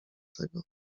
tego